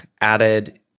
added